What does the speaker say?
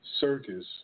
circus